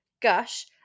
gush